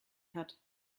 hat